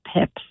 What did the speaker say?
Pips